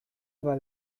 weil